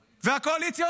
ולצערי,